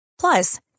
Plus